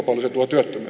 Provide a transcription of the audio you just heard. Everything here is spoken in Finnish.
ette